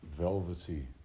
velvety